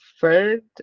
third